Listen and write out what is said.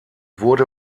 wurde